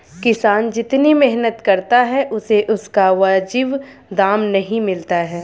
किसान जितनी मेहनत करता है उसे उसका वाजिब दाम नहीं मिलता है